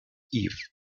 eve